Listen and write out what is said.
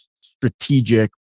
strategic